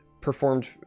performed